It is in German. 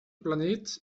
planet